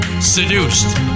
Seduced